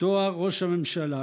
תואר ראש הממשלה,